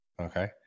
Okay